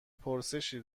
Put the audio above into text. پرسشی